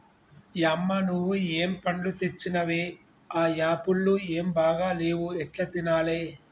యమ్మ నువ్వు ఏం పండ్లు తెచ్చినవే ఆ యాపుళ్లు ఏం బాగా లేవు ఎట్లా తినాలే